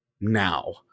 now